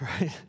right